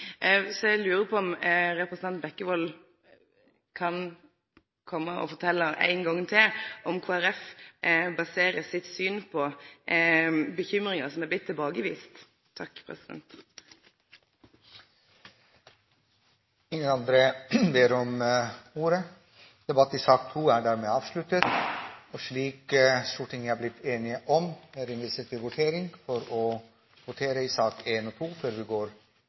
Så eg lurer på om representanten Bekkevold kan kome og fortelje ein gong til om Kristeleg Folkeparti baserer sitt syn på bekymringar som er blitt tilbakeviste. Flere har ikke bedt om ordet til sak nr. 2. Slik Stortinget er blitt enig om, går vi til votering